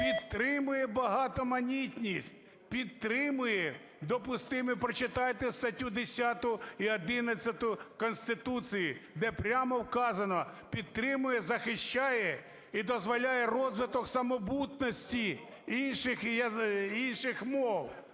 підтримує багатоманітність, підтримує, допустимі… Прочитайте статтю 10 і 11 Конституції, де прямо вказано: підтримує, захищає і дозволяє розвиток самобутності інших,